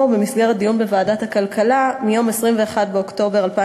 במסגרת דיון בוועדת הכלכלה מיום 21 באוקטובר 2013,